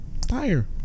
tire